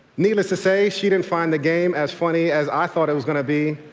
needless to say, she didn't find the game as funny as i thought it was going to be,